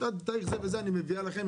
את אומרת שעד תאריך זה וזה אני מביאה לכם,